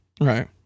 Right